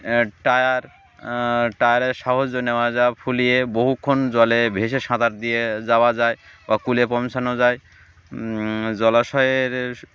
tyre টায়ারের সাহায্য নেওয়া যা ফুলিয়ে বহুক্ষণ জলে ভেসে সাঁতার দিয়ে যাওয়া যায় বা কুলে পৌঁছানো যায় জলাশয়ের